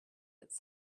its